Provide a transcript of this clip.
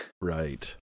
Right